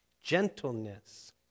gentleness